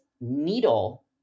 needle